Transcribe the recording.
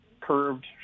curved